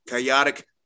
Chaotic